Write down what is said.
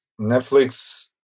Netflix